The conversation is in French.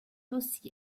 aussi